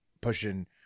pushing